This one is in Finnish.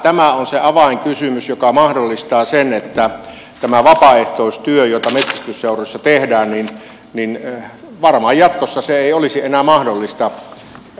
tämä on se avainkysymys joka mahdollistaa sen että tämä vapaaehtoistyö jota metsästysseuroissa tehdään varmaan jatkossa ei olisi enää mahdollista